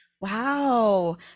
Wow